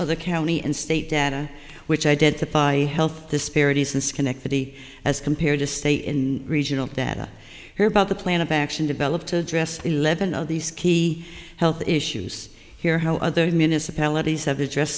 other county and state data which identify health disparities in schenectady as compared to stay in regional data here about the plan of action developed to address eleven of these key health issues here how other municipalities have address